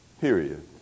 period